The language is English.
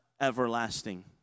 everlasting